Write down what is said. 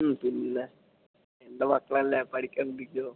പിന്നെ എൻ്റെ മക്കളല്ലേ പഠിക്കാണ്ടിരിക്കുമോ